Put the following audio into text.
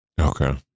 Okay